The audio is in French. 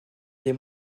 des